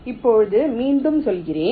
இப்போது மீண்டும் சொல்கிறேன்